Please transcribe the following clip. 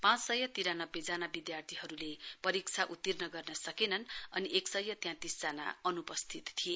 पाँच सय तिरानब्बे जना विद्यार्थीहरूले परीक्षा उतीर्ण गर्न सकेनन् अनि एक सय तैतिस जना अनुपस्थिति थिए